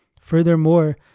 Furthermore